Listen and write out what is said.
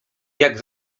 jak